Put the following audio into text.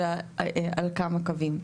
אלא על כמה קווים.